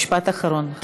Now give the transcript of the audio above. משפט אחרון.